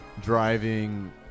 driving